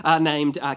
named